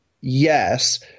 Yes